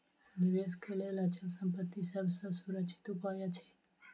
निवेश के लेल अचल संपत्ति सभ सॅ सुरक्षित उपाय अछि